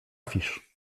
fisz